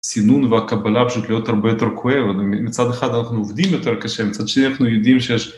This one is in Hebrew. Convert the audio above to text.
סינון והקבלה פשוט להיות הרבה יותר כואב, מצד אחד אנחנו עובדים יותר קשה, מצד שני אנחנו יודעים שיש